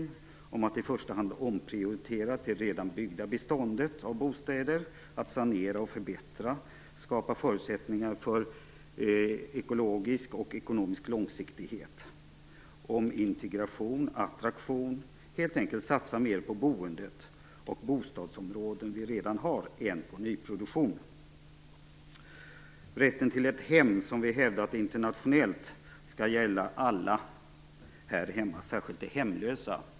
Det handlar alltså om att i första hand omprioritera till redan byggt bestånd av bostäder, sanera och förbättra samt skapa förutsättningar för ekologisk och ekonomisk långsiktighet, liksom om integration och attraktion - ja, helt enkelt om att satsa mera på boendet och på bostadsområden som redan finns än på nyproduktion. Rätten till ett hem, som vi hävdat internationellt, skall gälla alla här hemma, särskilt de hemlösa.